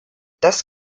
das